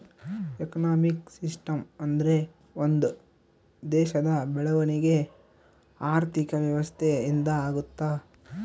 economic system ಅಂದ್ರೆ ಒಂದ್ ದೇಶದ ಬೆಳವಣಿಗೆ ಆರ್ಥಿಕ ವ್ಯವಸ್ಥೆ ಇಂದ ಆಗುತ್ತ